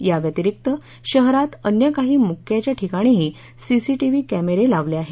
या व्यतिरिक्त शहरात अन्य काही मोक्याच्या ठिकाणीही सीसीटीव्ही कॅमेरे लावले आहेत